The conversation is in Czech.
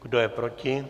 Kdo je proti?